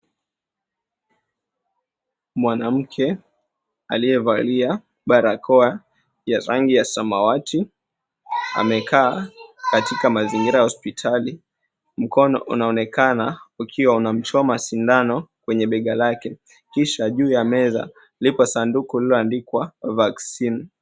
Mwanamke aliyevalia barakoa ya rangi ya samawati, amekaa katika mazingira ya hospitali. Mkono unaonekana ukiwa unamchoma sindano kwenye bega lake, kisha juu ya meza lipo sanduku lililoandikwa, Vaccine.